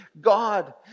God